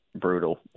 brutal